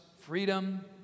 freedom